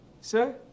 Sir